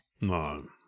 No